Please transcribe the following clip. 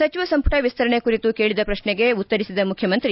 ಸಚಿವ ಸಂಪುಟ ವಿಸ್ತರಣೆ ಕುರಿತು ಕೇಳಿದ ಶ್ರಶ್ನೆಗೆ ಉತ್ತರಿಸಿದ ಮುಖ್ಯಮಂತ್ರಿ